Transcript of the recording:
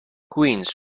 queens